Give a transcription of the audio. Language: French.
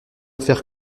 faire